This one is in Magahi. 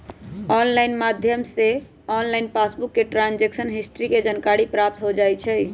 ऑनलाइन माध्यम से सेहो ऑनलाइन पासबुक पर ट्रांजैक्शन हिस्ट्री के जानकारी प्राप्त हो जाइ छइ